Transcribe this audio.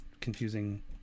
confusing